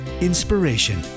Inspiration